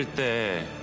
the